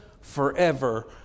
forever